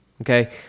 Okay